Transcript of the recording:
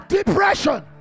Depression